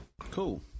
Cool